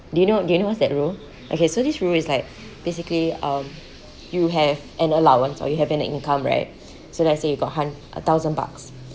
do you do you know what's that rule okay so this rule is like basically um you have an allowance or you have an income right so let's say you've got hun~ a thousand bucks